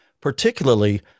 particularly